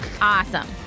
Awesome